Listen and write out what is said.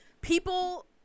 people